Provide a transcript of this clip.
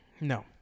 No